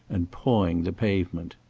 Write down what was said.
and pawing the pavement.